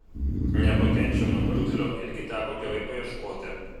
nepakenčiamo niurgzlio irgi teko gerai paieškoti